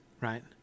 right